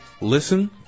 Listen